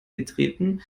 getreten